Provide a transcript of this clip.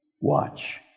Watch